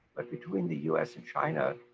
but between the us and china,